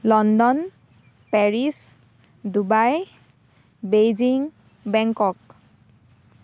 London Paris Dubai basing Bangkok